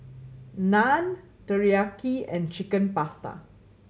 Naan Teriyaki and Chicken Pasta